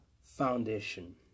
Foundation